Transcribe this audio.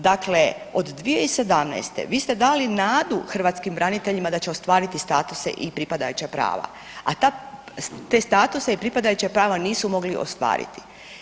Dakle, od 2017. vi ste dali nadu hrvatskim braniteljima da će ostvariti statuse i pripadajuća prava, a te statuse i pripadajuća prava nisu mogli ostvariti.